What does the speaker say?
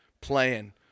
playing